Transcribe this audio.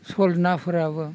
सल नाफोराबो